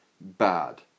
bad